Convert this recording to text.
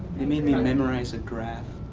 they made me memorize a graph.